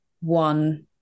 one